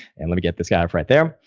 and let me get this guy right there.